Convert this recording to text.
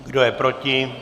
Kdo je proti?